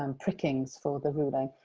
um prickings for the ruling.